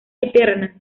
eterna